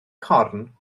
corn